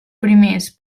primers